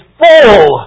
full